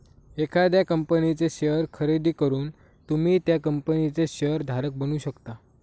एखाद्या कंपनीचे शेअर खरेदी करून तुम्ही त्या कंपनीचे शेअर धारक बनू शकता